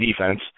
defense